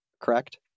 correct